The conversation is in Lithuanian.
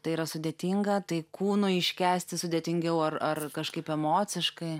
tai yra sudėtinga tai kūnui iškęsti sudėtingiau ar ar kažkaip emociškai